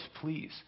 Please